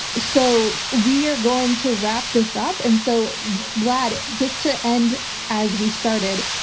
so we're going to wrap this up, and so vlad, just to end as we started,